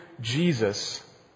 Jesus